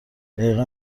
دقیقا